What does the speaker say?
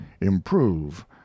improve